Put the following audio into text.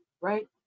right